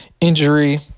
injury